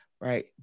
right